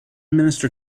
minister